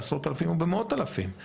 בעשרות אלפים או במאות אלפים?